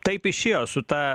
taip išėjo su ta